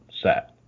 set